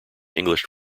english